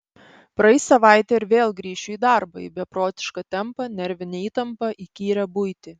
praeis savaitė ir vėl grįšiu į darbą į beprotišką tempą nervinę įtampą įkyrią buitį